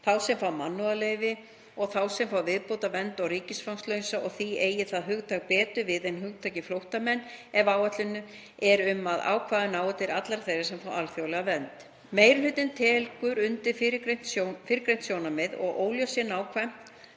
þá sem fá mannúðarleyfi, þá sem fá viðbótarvernd og ríkisfangslausa og því eigi það hugtak betur við en hugtakið flóttamenn ef ætlunin sé að ákvæðið nái til allra þeirra sem fá alþjóðlega vernd. Meiri hlutinn tekur undir fyrrgreint sjónarmið að óljóst sé